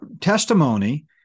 testimony